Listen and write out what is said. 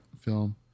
film